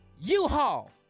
U-Haul